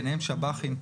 ביניהם שב"חים,